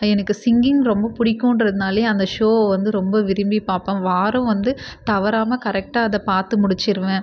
எனக்கு சிங்கிங் ரொம்ப பிடிக்குன்றதுனாலையே அந்த ஷோ வந்து ரொம்ப விரும்பி பார்ப்பேன் வாரம் வந்து தவறாமல் கரெக்ட்டாக அதை பார்த்து முடிச்சுருவேன்